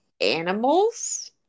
animals